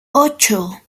ocho